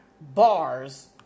bars